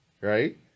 right